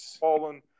fallen